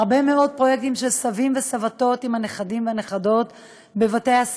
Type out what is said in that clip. הרבה מאוד פרויקטים של סבים וסבתות עם הנכדים והנכדות בבתי-הספר,